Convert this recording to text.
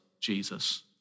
Jesus